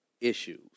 issues